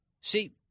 See